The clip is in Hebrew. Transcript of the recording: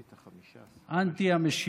הצעת החוק הראשונה: הצעת חוק חינוך ממלכתי (תיקון,